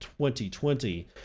2020